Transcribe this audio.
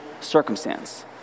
circumstance